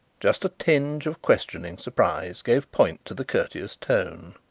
just a tinge of questioning surprise gave point to the courteous tone.